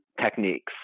techniques